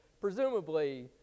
presumably